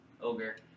Ogre